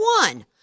one